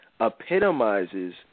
epitomizes